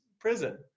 prison